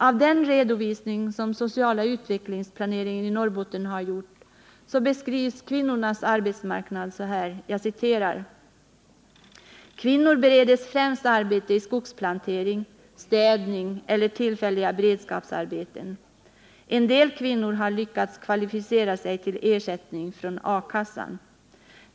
I den redovisning som sociala utvecklingsplaneringen i Norrbotten har gjort beskrivs kvinnornas arbetsmarknad så här: ”Kvinnor beredes främst arbete i skogsplantering, städning eller tillfälliga beredskapsarbeten. En del kvinnor har lyckats kvalificera sig till ersättning från A-kassa.